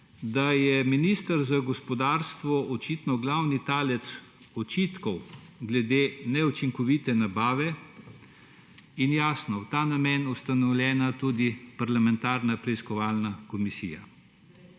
da je minister za gospodarstvo očitno glavni talec očitkov glede neučinkovite nabave. Jasno, v ta namen je ustanovljena tudi parlamentarna preiskovalna komisija.